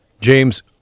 James